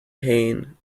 pain